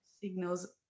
signals